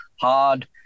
hard